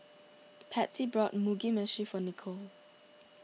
Patsy bought Mugi Meshi for Nichol